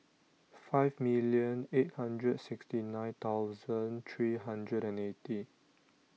five million eight hundred sixty nine thousand three hundred and eighty